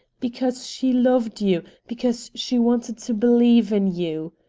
because she loved you, because she wanted to believe in you!